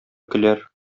көләр